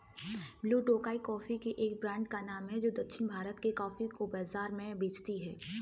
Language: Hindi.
ब्लू टोकाई कॉफी के एक ब्रांड का नाम है जो दक्षिण भारत के कॉफी को बाजार में बेचती है